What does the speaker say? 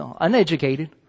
uneducated